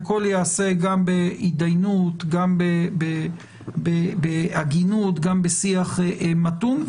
הכול ייעשה בהתדיינות, בהגינות ובשיח מתון.